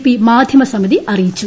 P മാധ്യമ സമിതി അറിയിച്ചു